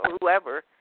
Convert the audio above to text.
whoever